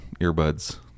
earbuds